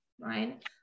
right